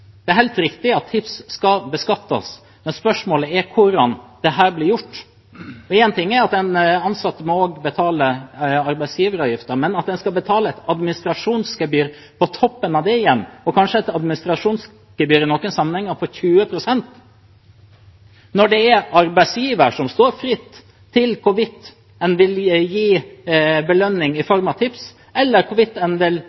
Det er helt riktig at tips skal beskattes, men spørsmålet er hvordan dette blir gjort. Én ting er at den ansatte også må betale arbeidsgiveravgiften. Men at en skal betale et administrasjonsgebyr på toppen av det igjen, og i noen sammenhenger et administrasjonsgebyr på kanskje 20 pst., når det er arbeidsgiver som står fritt til enten å gi belønning i